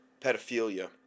pedophilia